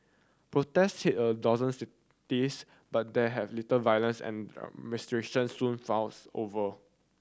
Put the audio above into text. protests a dozen cities but there have little violence and the demonstration soon fizzled over